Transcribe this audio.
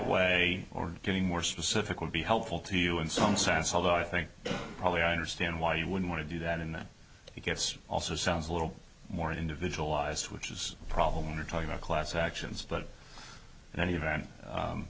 way or getting more specific would be helpful to you in some sense although i think probably i understand why you would want to do that in that it gets also sounds a little more individualized which is a problem you're talking about class actions but in any event